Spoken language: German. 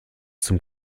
zum